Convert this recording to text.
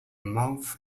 mouth